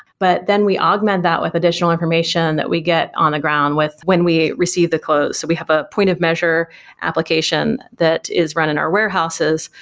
but then we augment that with additional information that we get on the ground with when we receive the clothes, so we have a point of measure application that is running our warehouses.